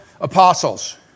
apostles